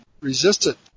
resistant